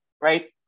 right